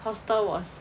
hostel was